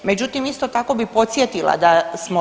Međutim, isto tako bi podsjetila da smo